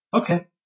Okay